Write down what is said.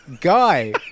guy